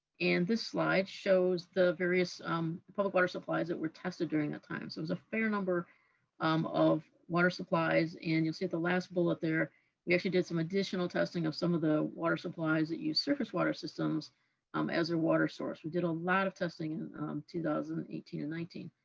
and this slide shows the various um public water supplies that were tested during that time, so it was a fair number um of water supplies. and you'll see, at the last bullet there we actually did some additional testing of some of the water supplies that use surface water systems um as a water source. we did a lot of testing in two thousand and eighteen and nineteen.